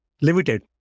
limited